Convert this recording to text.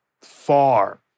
far